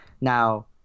Now